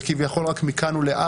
זה כביכול רק מכאן ולהבא,